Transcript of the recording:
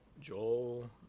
joel